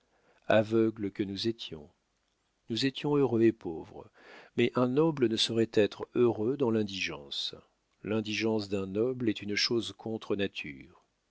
aveugles que nous étions nous étions heureux et pauvres mais un noble ne saurait être heureux dans l'indigence l'indigence d'un noble est une chose contre nature